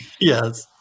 Yes